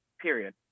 period